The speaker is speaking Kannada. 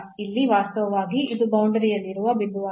ಇಲ್ಲಿ ವಾಸ್ತವವಾಗಿ ಇದು ಬೌಂಡರಿಯಲ್ಲಿರುವ ಬಿಂದುವಾಗಿದೆ